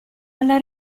alla